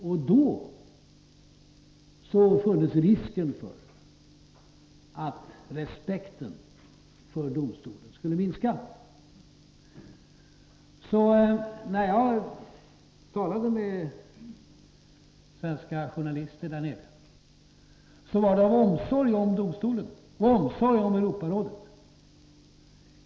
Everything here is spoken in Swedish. Och då funnes risken för att respekten för domstolen skulle minska. När jag talade med svenska journalister där nere var det alltså av omsorg om domstolen och omsorg om Europarådet.